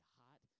hot